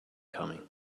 coming